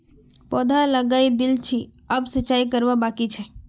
पौधा लगइ दिल छि अब सिंचाई करवा बाकी छ